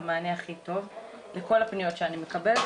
המענה הכי טוב לכל הפניות שאני מקבלת,